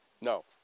No